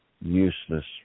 useless